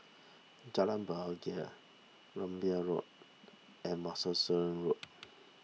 Jalan Bahagia Rambai Road and Martlesham Road